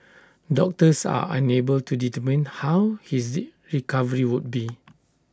doctors are unable to determine how his recovery would be